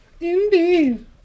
Indeed